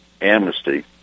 amnesty